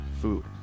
food